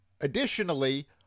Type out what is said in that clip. Additionally